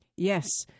Yes